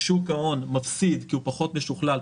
שוק ההון מפסיד כי הוא פחות משוכלל,